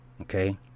Okay